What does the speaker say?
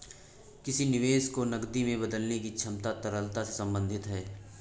किसी निवेश को नकदी में बदलने की क्षमता तरलता से संबंधित है